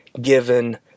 given